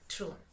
True